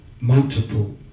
multiple